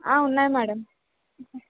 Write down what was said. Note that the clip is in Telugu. ఉన్నాయి మేడం